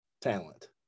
talent